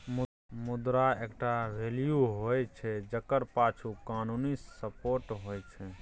मुद्रा एकटा वैल्यू होइ छै जकर पाछु कानुनी सपोर्ट होइ छै